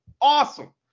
awesome